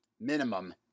minimum